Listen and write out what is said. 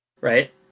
Right